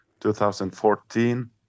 2014